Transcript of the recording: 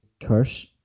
curse